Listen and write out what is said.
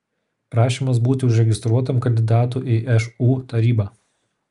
prašymas būti užregistruotam kandidatu į šu tarybą